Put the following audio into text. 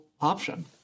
option